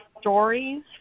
stories